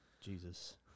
Jesus